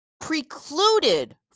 precluded